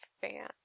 fan